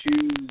choose